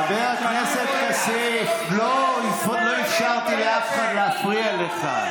החלטות ממשלה על מה?